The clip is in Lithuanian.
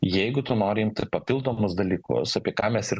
jeigu tu nori imt papildomus dalykus apie ką mes ir